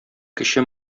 кече